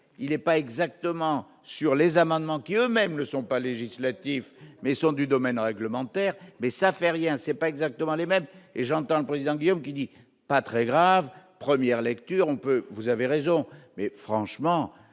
il est pas exactement sur les amendements qui eux-mêmes ne sont pas législatif mais sont du domaine réglementaire, mais ça fait rien, c'est pas exactement les mêmes, et j'entends président Guillaume qui dit pas très grave, première lecture on peut vous avez raison mais franchement